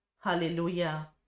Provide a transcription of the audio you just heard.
Hallelujah